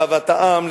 לאהבת העם,